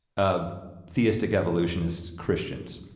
of theistic evolutionist christians.